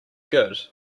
good